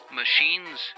machines